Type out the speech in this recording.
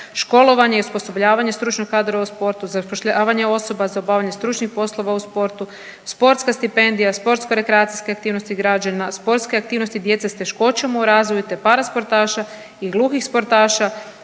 školovanje i osposobljavanje stručnih kadrova u sportu, zapošljavanje osoba za obavljanje stručnih poslova u sportu, sportska stipendija, sportska rekreacijske aktivnosti građana, sportske aktivnosti djece s teškoćama u razvoju te parasportaša i gluhih sportaša,